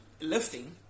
lifting